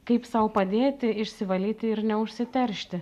kaip sau padėti išsivalyti ir neužsiteršti